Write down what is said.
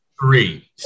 Three